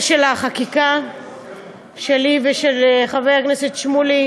של החקיקה שלי ושל חבר הכנסת שמולי,